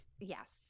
Yes